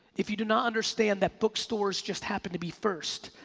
if you do not understand that book stores just happen to be first,